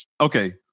Okay